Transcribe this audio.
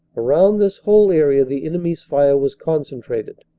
around this whole area the enemy's fire was concentrated,